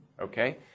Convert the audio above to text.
Okay